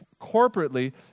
corporately